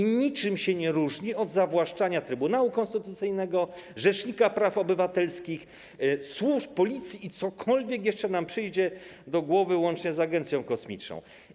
I niczym to się nie różni od zawłaszczania Trybunału Konstytucyjnego, rzecznika praw obywatelskich, służb, Policji i czegokolwiek, co jeszcze nam przyjdzie do głowy, łącznie z agencją kosmiczną.